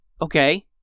Okay